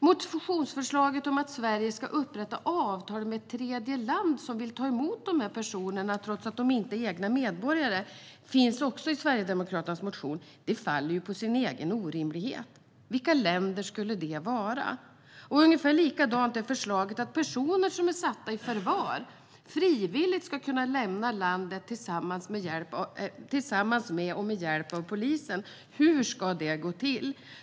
Motionsförslaget om att Sverige ska upprätta avtal med tredje land som vill ta emot de här personerna trots att de inte är landets egna medborgare finns också i Sverigedemokraternas motion. Det faller ju på sin egen orimlighet. Vilka länder skulle det vara? Ungefär likadant är det med förslaget att personer som är satta i förvar frivilligt ska kunna lämna landet tillsammans med och med hjälp av polisen. Hur ska det gå till?